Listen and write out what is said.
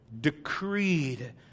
decreed